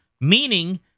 Meaning